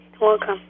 Welcome